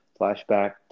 flashback